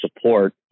support